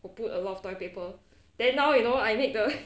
who pull a lot of toilet paper then now you know I make the